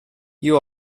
you